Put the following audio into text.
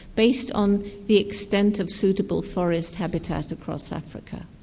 based on the extent of suitable forest habitat across africa.